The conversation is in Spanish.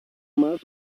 más